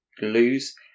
lose